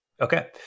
Okay